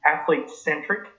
athlete-centric